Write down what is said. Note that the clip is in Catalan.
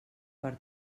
per